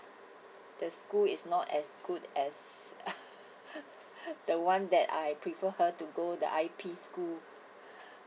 that school it's not as good as the one that I prefer her to go the I_P school